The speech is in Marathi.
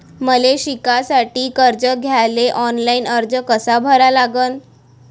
मले शिकासाठी कर्ज घ्याले ऑनलाईन अर्ज कसा भरा लागन?